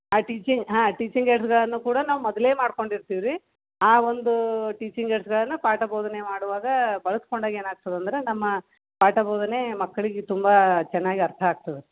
ಆ ಟೀಚಿಂಗ್ ಹಾಂ ಟೀಚಿಂಗ್ ಏಡ್ಸ್ಗಳನ್ನು ಕೂಡ ನಾವು ಮೊದಲೇ ಮಾಡ್ಕೊಂಡಿರ್ತೀವಿ ರೀ ಆ ಒಂದು ಟೀಚಿಂಗ್ ಏಡ್ಸ್ಗಳನ್ನು ಪಾಠ ಬೋಧನೆ ಮಾಡುವಾಗ ಬಳಸ್ಕೊಂಡಾಗ ಏನಾಗ್ತದೆ ಅಂದ್ರೆ ನಮ್ಮ ಪಾಠ ಬೋಧನೆ ಮಕ್ಕಳಿಗೆ ತುಂಬ ಚೆನ್ನಾಗಿ ಅರ್ಥ ಆಗ್ತದೆ